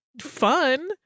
fun